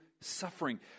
suffering